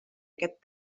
aquest